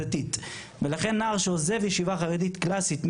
ולכן נער שעוזב ישיבה חרדית קלאסית,